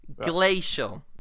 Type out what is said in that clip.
glacial